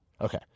Okay